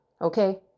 Okay